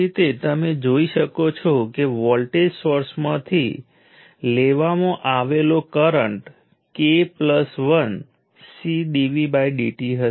અને હવે આપણે ટાઈમ ઈન્ટરવલનો ઉલ્લેખ કરવો પડશે કે જેના ઉપર તે ડીલીવર થાય છે